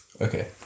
okay